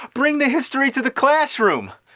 bring the history to the classroom!